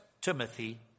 Timothy